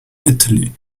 italy